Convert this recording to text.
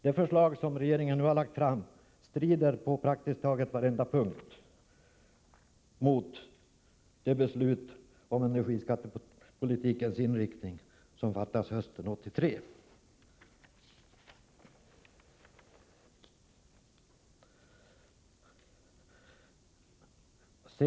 Det förslag som regeringen nu har lagt fram strider på praktiskt taget varenda punkt mot det beslut om energiskattepolitikens inriktning som fattades hösten 1983.